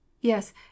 yes